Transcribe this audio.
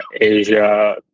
asia